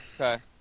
Okay